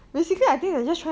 I don't know